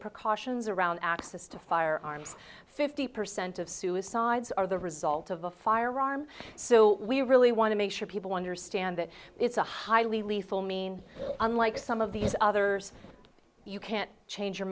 precautions around access to firearms fifty percent of suicides are the result of a firearm so we really want to make sure people understand that it's a highly lethal mean unlike some of these others you can't change your